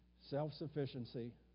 self-sufficiency